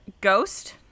Ghost